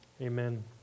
Amen